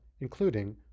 including